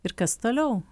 ir kas toliau